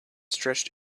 stretched